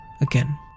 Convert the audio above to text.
again